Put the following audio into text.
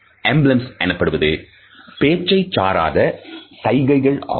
emblems எனப்படுவது பேச்சை சாராத சைகைகள் ஆகும்